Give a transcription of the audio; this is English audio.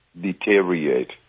deteriorate